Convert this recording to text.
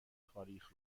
تاریخ